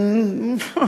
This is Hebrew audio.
נו,